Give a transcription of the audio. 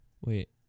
Wait